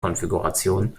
konfiguration